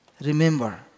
remember